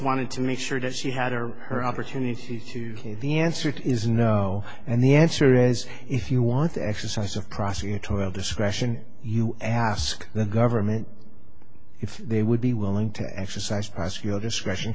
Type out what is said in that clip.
wanted to make sure that she had or her opportunity to give the answer is no and the answer is if you want the exercise of prosecutorial discretion you ask the government if they would be willing to exercise pass your discretion